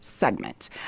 segment